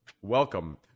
Welcome